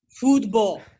football